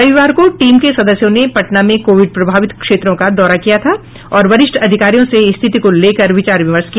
रविवार को टीम के सदस्यों ने पटना में कोविड प्रभावित क्षेत्रों का दौरा किया था और वरिष्ठ अधिकारियों से स्थिति को लेकर विचार विमर्श किया